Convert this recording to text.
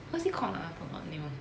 what is it called ah got what name [one]